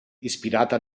ispirata